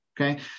Okay